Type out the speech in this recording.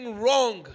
wrong